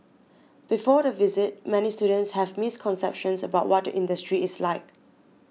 before the visit many students have misconceptions about what the industry is like